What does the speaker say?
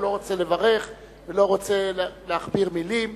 הוא לא רוצה לברך ולא רוצה להכביר מלים.